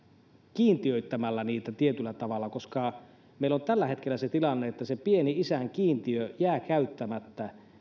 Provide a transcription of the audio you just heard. kiintiöittämällä niitä tietyllä tavalla koska meillä on tällä hetkellä se tilanne että se pieni isän kiintiö jää käyttämättä